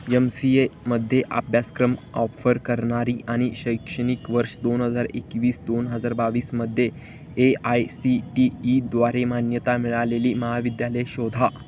M C एमध्ये अभ्यासक्रम offer करणारी आणि शैक्षणिक वर्ष दोन हजार एकवीस दोन हजार बावीसमध्ये ए आय सी टी ईद्वारे मान्यता मिळालेली महाविद्यालय शोधा